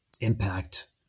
impact